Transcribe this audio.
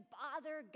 bother